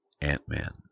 Ant-Man